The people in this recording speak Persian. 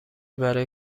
برای